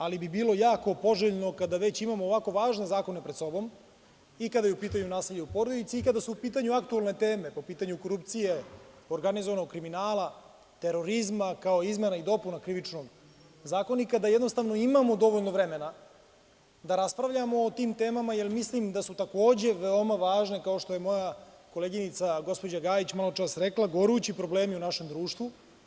Ali, bilo bi jako poželjno, kada već imamo ovako važne zakone pred sobom, i kada je u pitanju nasilje u porodici i kada su u pitanju aktuelne teme po pitanju korupcije, organizovanog kriminala, terorizma, kao i izmena i dopuna Krivičnog zakonika, da jednostavno imamo dovoljno vremena da raspravljamo o tim temama jer mislim da su takođe veoma važne, kao što je moja koleginica gospođa Gajić maločas rekla, gorući problemi u našem društvu.